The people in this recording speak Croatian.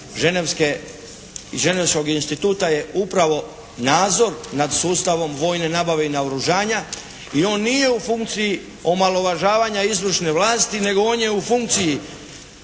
Ženevskog instituta je upravo nadzor nad sustavom vojne nabave i naoružanja i on nije u funkciji omalovažavanja izvršne vlasti, nego on je u funkciji